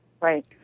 right